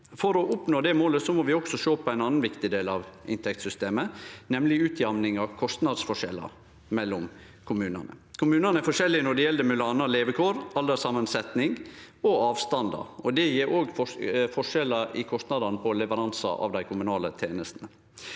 For å oppnå det målet må vi også sjå på ein annan viktig del av inntektssystemet, nemleg utjamninga av kostnadsforskjellar mellom kommunane. Kommunane er forskjellige når det gjeld m.a. levekår, alderssamansetning og avstandar. Det gjev også forskjellar i kostnadene til leveransar av dei kommunale tenestene,